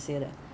吃 lor